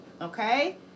okay